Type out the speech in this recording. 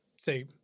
say